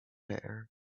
hair